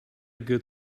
good